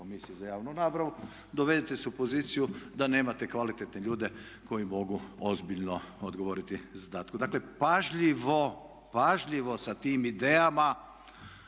Komisije za javnu nabavu dovedete se u poziciju da nemate kvalitetne ljude koji mogu ozbiljno odgovoriti zadatku. Dakle pažljivo, pažljivo sa tim idejama.